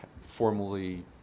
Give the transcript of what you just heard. formally